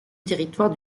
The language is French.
territoire